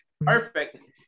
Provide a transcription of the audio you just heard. perfect